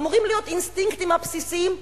אמורים להיות האינסטינקטים הבסיסיים,